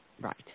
Right